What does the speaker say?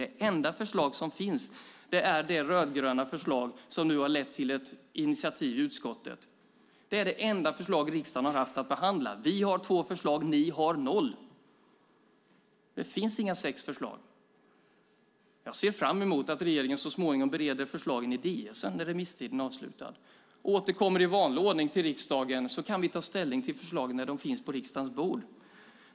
Det enda förslag som finns är det rödgröna förslag som nu har lett till ett initiativ i utskottet. Det är det enda förslag som riksdagen har haft att behandla. Vi har två förslag. Ni har noll. Det finns inga sex förslag. Jag ser fram emot att regeringen så småningom bereder förslagen i Ds:en när remisstiden är avslutad och i vanlig ordning återkommer till riksdagen, så kan vi ta ställning till förslagen när de finns på riksdagens bord.